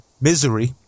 Misery